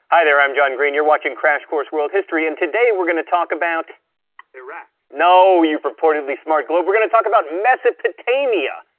hi there. i'm john green, you're watching crash course world history, and today we're going to talk about iraq no, you purportedly smart globe. we're going to talk about mesopotamia.